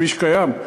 כביש קיים,